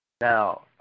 Now